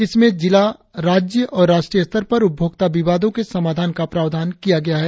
इसमें जिला राज्य और राष्ट्रीय स्तर पर उपभोक्ता विवादों के समाधान का प्रावधान किया गया है